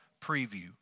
preview